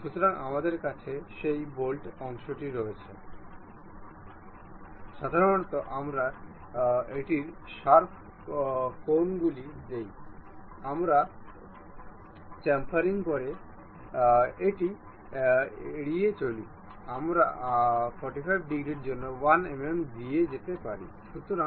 সুতরাং আপাতত আমরা এখন পর্যন্ত এটির কেন্দ্র এবং এই নির্দিষ্ট কার্ভে কেন্দ্র লাইনদেখতে পাচ্ছি না